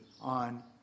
on